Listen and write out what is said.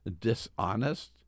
dishonest